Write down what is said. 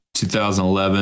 2011